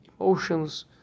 emotions